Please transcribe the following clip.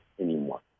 anymore